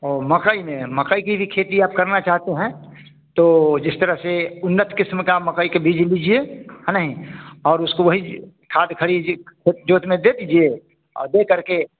और मकई में मकई की भी खेती आप करना चाहते हैं तो जिस तरह से उन्नत क़िस्म के मकई के बीज लीजिए है नहीं और उसको वही खाद खड़ी जोतने दे दीजिए और दे करके